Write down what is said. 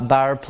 Bar